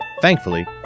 Thankfully